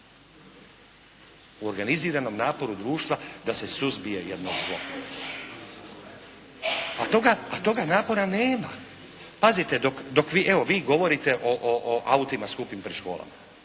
U organiziranom naporu društva da se suzbije jedno zlo. A toga napora nema. Pazite! Evo, dok vi govorite o autima skupim pred školama,